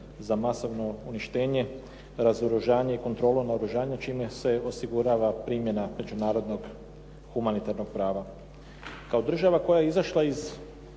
za masovno uništenje, razoružanje i kontrolu naoružanja čime se osigurava primjena međunarodnog humanitarnog prava. Kao država koja je izašla iz